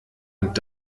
und